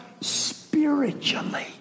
spiritually